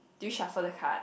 do you shuffle the card